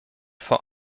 vor